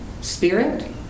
Spirit